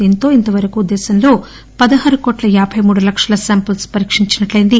దీంతో ఇంతవరకు దేశంలో పదహారు కోట్ల యాబై మూడు లక్షల శాంపిల్స్ పరీక్షించినట్లయింది